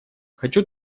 хочу